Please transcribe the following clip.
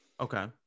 Okay